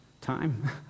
time